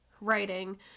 writing